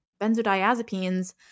benzodiazepines